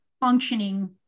functioning